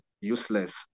useless